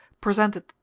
presented